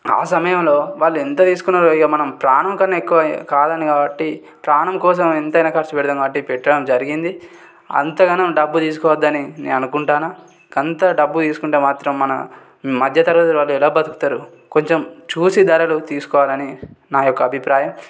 ఆ సమయంలో వాళ్ళు ఎంత తీసుకున్నారో ఇక మనం ప్రాణం కన్నా ఎక్కువ కాదని కాబట్టి ప్రాణం కోసం ఎంతైనా ఖర్చు పెడతాము కాబట్టి పెట్టడం జరిగింది అంతగానం డబ్బు తీసుకోవద్దని నేను అనుకుంటున్నాను అంత డబ్బు తీసుకుంటే మాత్రం మన మధ్య తరగతి ఎలా బ్రతుకుతారు కొంచెం చూసి ధరలు తీసుకోవాలని నా యొక్క అభిప్రాయం